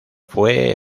fue